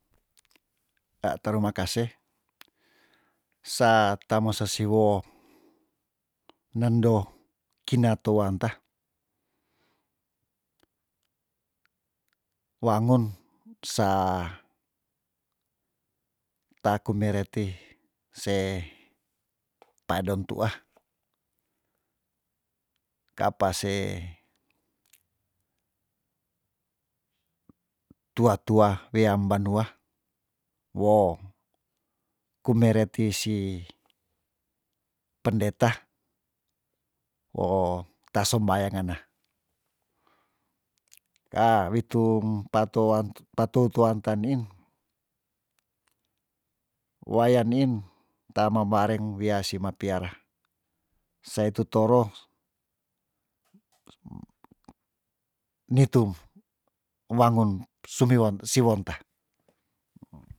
Na taruma kase sa tamo sesiwo nendo kine touantah wangun sa taku meret ti se paedon tuah ka apa se tua tua weam banua wo kumeret ti si pendeta wo tasombayang ngana kaa witung patoen pa tou touan ta niin wayan niin tama mareng wia simapiara sae tu toro nitung wangun sumiwon siwon tah